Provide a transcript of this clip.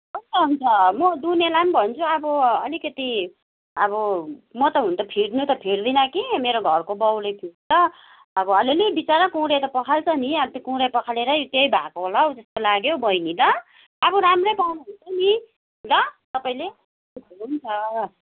हुन्छ हुन्छ म दुहुनेलाई पनि भन्छु अब अलिकति अब म त हुन त फिट्न त फिट्दिनँ कि मेरो घरको बाउले फिट्छ अब अलिअलि बिचरा कुँडे त पखाल्छ नि अनि त्यो कुँडे पखालेरै त्यही भएको होला हौ त्यस्तो लाग्यो हौ बहिनी ल अब राम्रै पाउनुहुन्छ नि ल तपाईँले